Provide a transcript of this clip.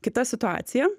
kita situacija